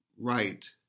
right